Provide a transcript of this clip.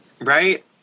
right